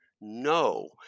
No